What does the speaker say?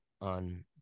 on